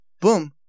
Boom